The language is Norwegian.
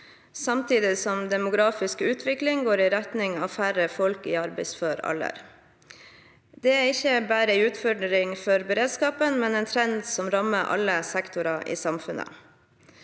samtidig som den demografiske utviklingen går i retning av færre folk i arbeidsfør alder. Det er ikke bare en utfordring for beredskapen, men en trend som rammer alle sektorer i samfunnet.